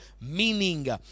meaning